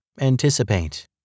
anticipate